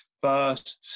first